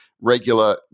regular